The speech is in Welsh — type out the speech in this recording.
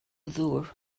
ddŵr